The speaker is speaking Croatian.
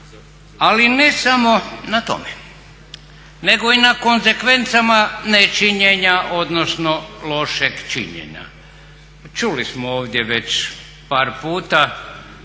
ali ne samo na tome nego i na konzekvencama nečinjenja odnosno lošeg činjenja. Čuli smo ovdje već par puta